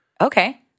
Okay